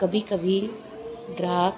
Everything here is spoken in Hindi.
कभी कभी ग्राहक